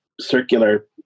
circular